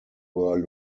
were